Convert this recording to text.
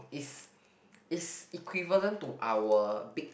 it's it's equivalent to our big